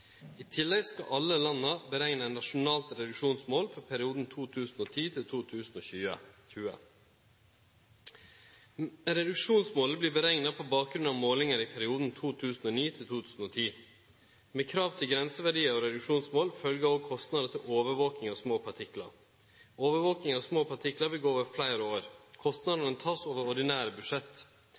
I tillegg skal alle landa berekne eit nasjonalt reduksjonsmål for perioden 2010–2020. Reduksjonsmålet vert berekna på bakgrunn av målingar i perioden 2009–2010. Med krav til grenseverdiar og reduksjonsmål følgjer òg kostnader til overvaking av små partiklar. Overvakinga av små partiklar vil gå over fleire år. Kostnadene vert tekne over ordinære budsjett.